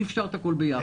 אי אפשר את הכול ביחד.